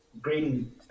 green